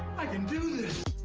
i can do this.